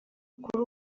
kuri